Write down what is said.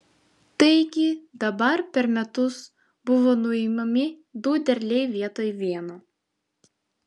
taigi dabar per metus buvo nuimami du derliai vietoj vieno